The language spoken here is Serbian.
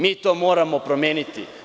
Mi to moramo promeniti.